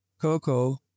Coco